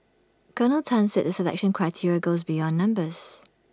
Colonel Tan said the selection criteria goes beyond numbers